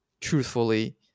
truthfully-